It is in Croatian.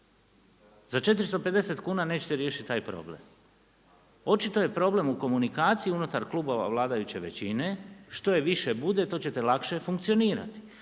Za 450 kuna nećete riješiti taj problem. Očito je problem u komunikaciji unutar klubova vladajuće većine. Što je više bude to ćete lakše funkcionirati